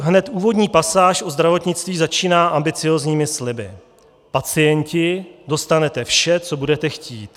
Hned úvodní pasáž o zdravotnictví začíná ambiciózními sliby: Pacienti, dostanete vše, co budete chtít.